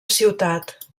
ciutat